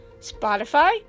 Spotify